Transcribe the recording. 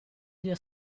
dio